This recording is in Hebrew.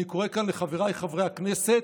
אני קורא מכאן לחבריי חברי הכנסת,